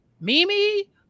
Mimi